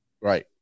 Right